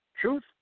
Truth